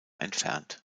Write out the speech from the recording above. entfernt